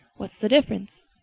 what's the difference?